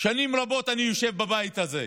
שנים רבות אני יושב בבית הזה,